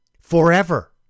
forever